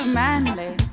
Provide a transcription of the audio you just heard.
manly